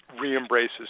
re-embraces